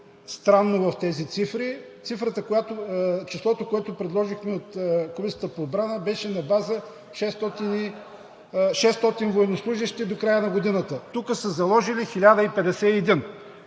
странно в тези цифри. Числото, което предложихме от Комисията по отбрана, беше на база 600 военнослужещи до края на годината, тук са заложили 1051.